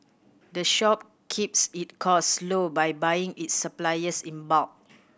the shop keeps it cost low by buying its suppliers in bulk